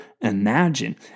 imagine